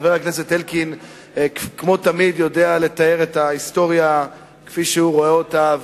כמו תמיד חבר הכנסת אלקין יודע לתאר את ההיסטוריה כפי שהוא רואה אותה,